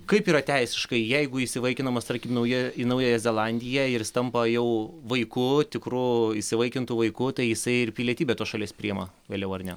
kaip yra teisiškai jeigu įsivaikinamas tarkim nauja į naująją zelandiją ir jis tampa jau vaiku tikru įsivaikintu vaiku tai jisai ir pilietybę tos šalies priima vėliau ar ne